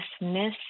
dismiss